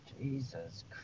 Jesus